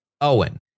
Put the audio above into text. Owen